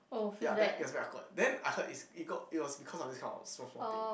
ya then it was very awkward then I heard is it got it was because of this kind of small small thing